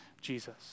Jesus